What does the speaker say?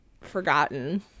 forgotten